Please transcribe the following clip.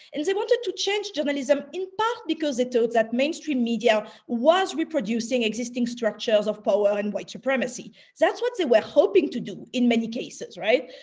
and they wanted to change journalism in part because they thought that mainstream media was reproducing existing structures of power and white supremacy. that's what they were hoping to do in many cases. right?